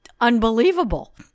unbelievable